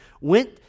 went